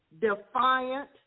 Defiant